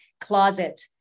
closet